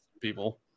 people